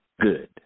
good